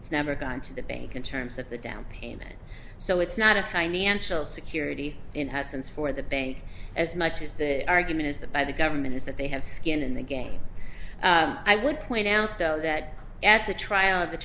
it's never gotten to the bank in terms of the down payment so it's not a financial security in essence for the bank as much as the argument is that by the government is that they have skin in the game i would point out though that at the trial of the